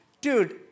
dude